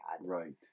Right